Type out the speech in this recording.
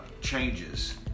changes